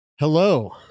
Hello